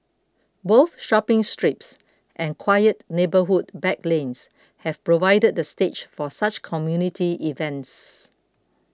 both shopping strips and quiet neighbourhood back lanes have provided the stage for such community events